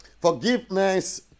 Forgiveness